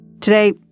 Today